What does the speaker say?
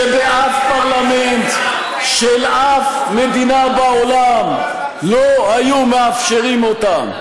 שבאף פרלמנט של אף מדינה בעולם לא היו מאפשרים אותם.